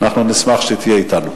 נשמח שתהיה אתנו.